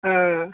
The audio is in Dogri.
हां